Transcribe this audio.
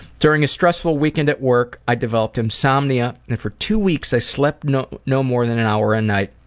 during a stressful weekend at work, i developed insomnia and for two weeks i slept no no more than an hour a night,